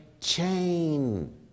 chain